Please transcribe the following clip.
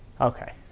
Okay